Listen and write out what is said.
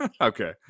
Okay